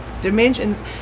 dimensions